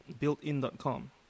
builtin.com